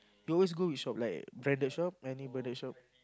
you always go which shop like branded shop any branded shop